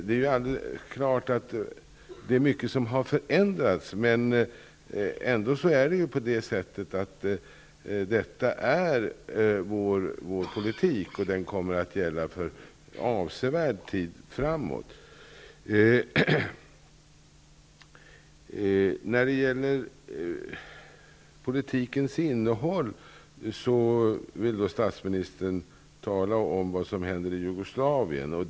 Det är klart att mycket har förändrats, men ändå är detta vår politik. Den kommer att gälla för avsevärd tid framåt. När det gäller politikens innehåll vill statsministern tala om vad som händer i Jugoslavien.